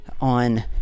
on